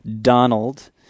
Donald